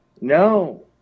No